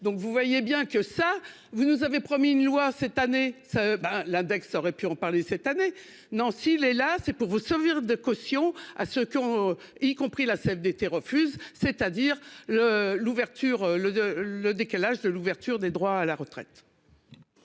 Donc vous voyez bien que ça vous nous avez promis une loi cette année ben l'index aurait pu en parler cette année Nancy les là c'est pour vous servir de caution à ce qu'on y compris la CFDT refuse, c'est-à-dire le l'ouverture le le décalage de l'ouverture des droits à la retraite.